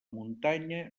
muntanya